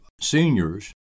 seniors